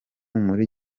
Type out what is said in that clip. muri